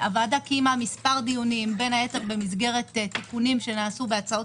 הוועדה קיימה מספר דיונים בין היתר במסגרת תיקונים שנעשו בהצעות